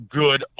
good